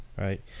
right